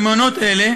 במעונות אלה